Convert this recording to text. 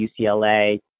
UCLA